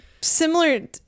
similar